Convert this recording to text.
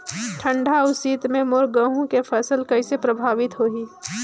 ठंडा अउ शीत मे मोर गहूं के फसल कइसे प्रभावित होही?